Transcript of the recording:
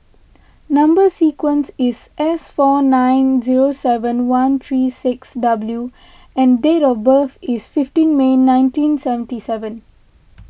Number Sequence is S four nine seven zero one three six W and date of birth is fifteen May nineteen seventy seven